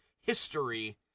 history